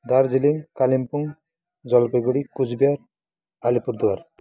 Darjeeling Kalimpong Jalpaiguri Coochbehar Alipurduar